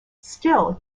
still